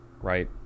right